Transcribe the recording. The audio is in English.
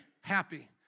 happy